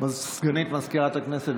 סגנית מזכירת הכנסת,